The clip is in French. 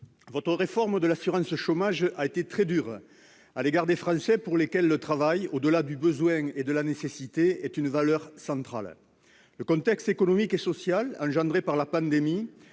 votre réforme de l'assurance chômage a été très dure à l'égard des Français pour lesquels le travail, au-delà du besoin et de la nécessité, est une valeur centrale. Le contexte économique et social engendré par la pandémie